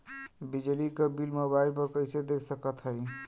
बिजली क bill mobile पर कईसे देख सकत हई?